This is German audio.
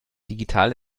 digital